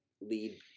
lead